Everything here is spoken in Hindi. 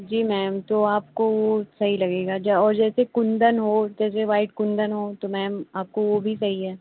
जी मैम तो आपको वो सही लगेगा और जैसे कुंदन हो जैसे वाइट कुंदन हो तो मैम आपको भी भी सही है